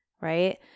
right